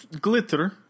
Glitter